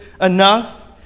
enough